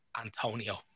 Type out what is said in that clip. Antonio